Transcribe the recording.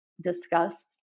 discuss